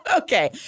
Okay